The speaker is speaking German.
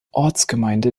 ortsgemeinde